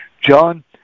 John